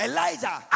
Elijah